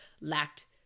lacked